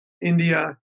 India